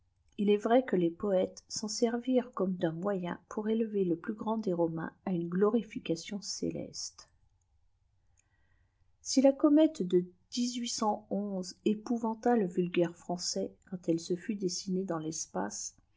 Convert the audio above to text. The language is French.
il est vrai que les poètes s'en servirent comme d'un moyen pour élever le plus grand des romains à une glorification céleste si la comète de épouvanta le vulgaire français quand elle se fut dessinée dans l'espace